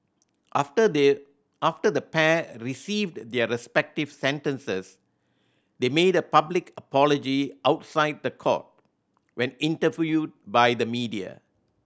after they after the pair received their respective sentences they made a public apology outside the court when interviewed by the media